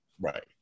Right